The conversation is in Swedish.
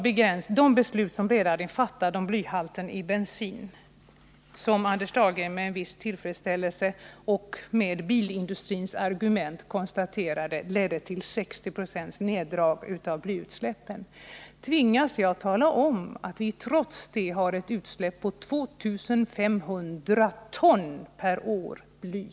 Trots de beslut som redan har fattats om blyhalten i bensin — beslut som Anders Dahlgren med en viss tillfredsställelse och med bilindustrins argument framhöll ledde till 60 26 minskning av blyutsläppen — tvingas jag tala om att det trots detta släpps ut 2 500 ton bly per år.